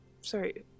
sorry